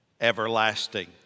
everlasting